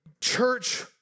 church